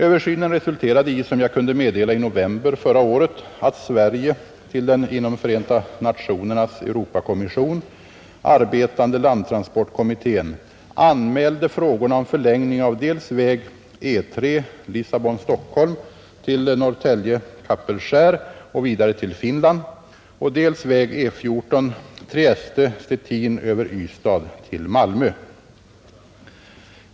Översynen resulterade i — som jag kunde meddela i november förra året — att Sverige till den inom FN:s Europakommission arbetande landtransportkommittén anmälde frågorna om förlängning av dels väg E 3 Lissabon—Stockholm till Norrtälje—Kapellskär och vidare till Finland, dels väg E 14 Trieste— Szezecin över Ystad till Malmö.